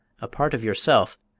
a part of your self,